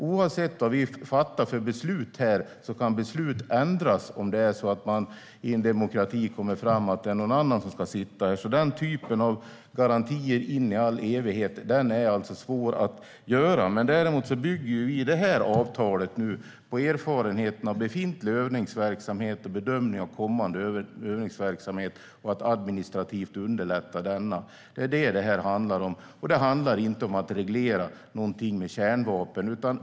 Oavsett vad vi fattar för beslut här kan de ändras om det är så att man i en demokrati kommer fram till att det är någon annan som ska leda regeringen, så den typen av garantier in i all evighet är alltså svåra att lämna. Däremot bygger vi det här avtalet på erfarenheten av befintlig övningsverksamhet och bedömning av kommande övningsverksamhet för att administrativt underlätta dessa. Det är vad det här handlar om. Det handlar inte om att reglera någonting med kärnvapen.